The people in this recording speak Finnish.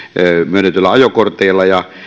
myönnetyillä ajokorteilla ja